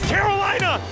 Carolina